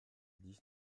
dix